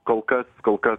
kol kas kol kas